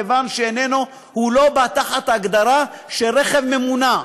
כיוון שהוא לא בא תחת ההגדרה של רכב ממונע.